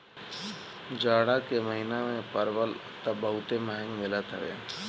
जाड़ा के महिना में परवल तअ बहुते महंग मिलत हवे